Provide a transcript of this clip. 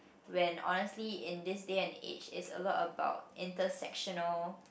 when honestly in this day and age it's a lot about intersectional